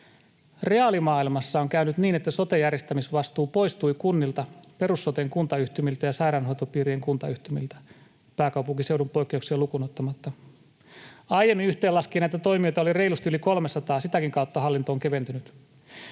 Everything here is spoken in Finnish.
Reaalimaailmassa on käynyt niin, että sote-järjestämisvastuu poistui kunnilta, perus-soten kuntayhtymiltä ja sairaanhoitopiirien kuntayhtymiltä, pääkaupunkiseudun poikkeuksia lukuun ottamatta. Aiemmin yhteenlaskin, että toimijoita oli reilusti yli 300, ja sitäkin kautta hallinto on keventynyt.